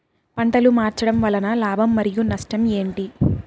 పంటలు మార్చడం వలన లాభం మరియు నష్టం ఏంటి